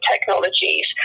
technologies